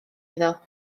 iddo